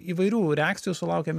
įvairių reakcijų sulaukėm